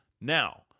Now